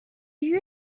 you